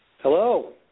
Hello